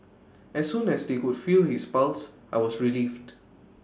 as soon as they could feel his pulse I was relieved